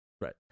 Right